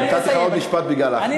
הנה, נתתי לך עוד משפט בגלל אחמד.